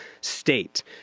state